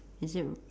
is it r~